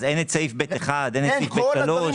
אז אין את סעיף ב1, אין את סעיף ב3?